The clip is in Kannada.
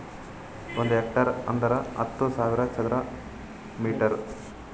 ಒಂದ್ ಹೆಕ್ಟೇರ್ ಅಂದರ ಹತ್ತು ಸಾವಿರ ಚದರ ಮೀಟರ್